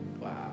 Wow